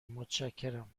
متشکرم